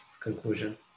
conclusion